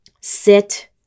sit